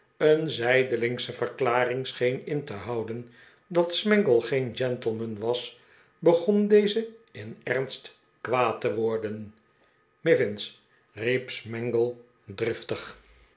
een zijdelingsche verklaring scheen in te houden dat smangle geen gentleman was begoh deze in ernst kwaad te worden mivins riep smangle driftig